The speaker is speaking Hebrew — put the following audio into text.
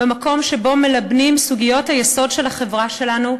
במקום שבו מלבנים את סוגיות היסוד של החברה שלנו,